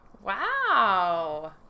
Wow